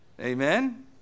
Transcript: Amen